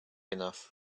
enough